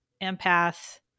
empath